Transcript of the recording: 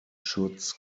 shoots